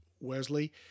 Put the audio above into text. Wesley